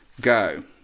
go